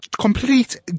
complete